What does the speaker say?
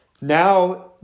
now